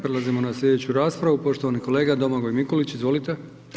Prelazimo na sljedeću raspravu, poštovani kolega Domagoj Mikulić, izvolite.